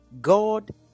God